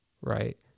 right